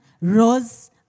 rose